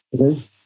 okay